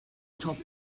top